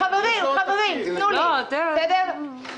חבר הכנסת חיים כץ,